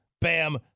bam